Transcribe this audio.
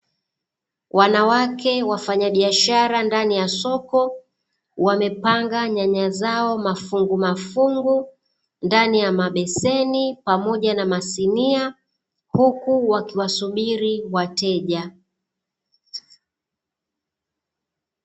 Wanawake wafanyabiashara ndani ya soko, wamepanga nyanya zao mafungumafungu ndani ya mabeseni pamoja na masinia, huku wakiwasubiri wateja.